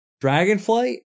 Dragonflight